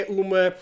uma